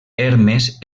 hermes